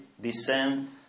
descend